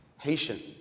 Patient